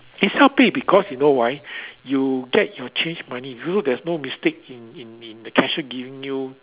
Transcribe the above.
is self pay because you know why you get your change money so there's no mistake in in in the cashier giving you